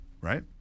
Right